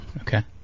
Okay